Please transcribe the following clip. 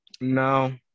no